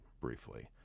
briefly